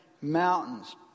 mountains